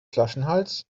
flaschenhals